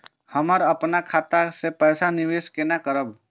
हम अपन खाता से पैसा निवेश केना करब?